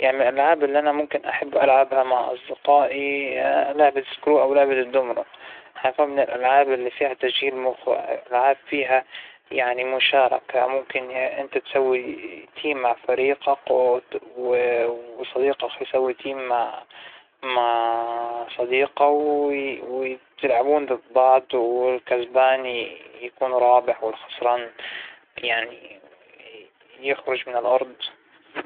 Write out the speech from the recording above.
أنا تعجبنى لعبة الكلمات المتقاطعة، أنا من هواة الكلمات المتقاطعة، الكروس وورد سواء إنها باللغة العربية، أو باللغة الإنجليزية، تشغل مخك، تخلى عقلك دايماً منتبه وذهنك حاضر، يوم تلعبها بتزيد عندك مفردات ومعلومات، مختلفة هاى اللعبة، بتعجبنى كل اللعب اللى تشغل المخ اصلاً.